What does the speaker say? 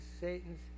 Satan's